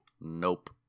nope